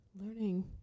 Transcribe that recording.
Learning